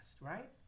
right